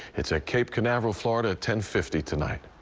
it's at cape canaveral, florida, at ten fifty tonight.